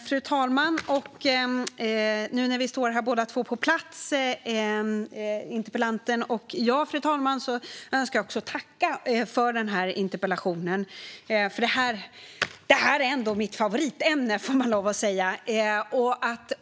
Fru talman! Nu när vi båda, interpellanten och jag, är här på plats önskar jag tacka för interpellationen. Detta är ändå mitt favoritämne, får jag lov att säga.